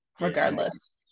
regardless